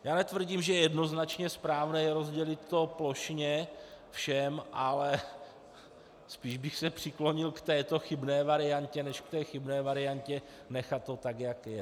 Já netvrdím, že je jednoznačně správné rozdělit to plošně všem, ale spíš bych se přiklonil k této chybné variantě než k té chybné variantě nechat to tak, jak to je.